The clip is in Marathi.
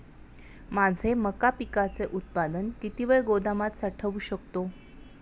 माझे मका पिकाचे उत्पादन किती वेळ गोदामात साठवू शकतो?